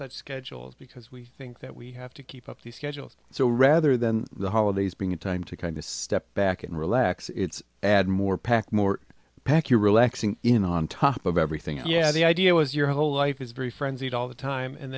such schedules because we think that we have to keep up the schedules so rather than the holidays being a time to kind of step back and relax it's add more pack more pack your relaxing in on top of everything and yeah the idea was your whole life is very frenzied all the time and